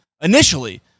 initially